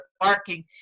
barking